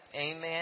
Amen